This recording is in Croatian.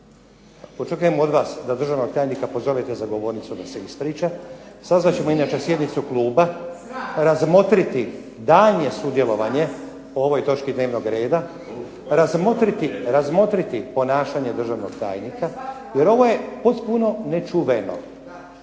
Očekujem od vas da državnog tajnika da pozovete za govornicu da se ispriča, sazvat ćemo inače sjednicu kluba, razmotriti daljnje sudjelovanje o ovoj točki dnevnog reda, razmotriti ponašanje državnog tajnika, jer ovo je potpuno nečuveno,